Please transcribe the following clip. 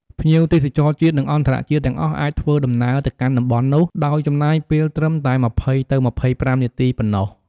ភ្ញៀវទេសចរជាតិ និងអន្តរជាតិទាំងអស់អាចធ្វើដំណើរទៅកាន់តំបន់នោះ ដោយចំណាយពេលត្រឹមតែ២០ ទៅ២៥នាទីប៉ុណ្ណោះ។